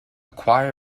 choir